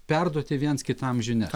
perduoti viens kitam žinias